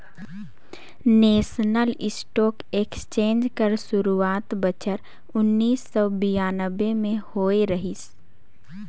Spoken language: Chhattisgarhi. नेसनल स्टॉक एक्सचेंज कर सुरवात बछर उन्नीस सव बियानबें में होए रहिस